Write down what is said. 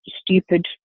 stupid